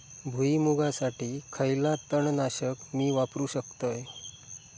भुईमुगासाठी खयला तण नाशक मी वापरू शकतय?